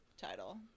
title